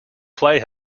play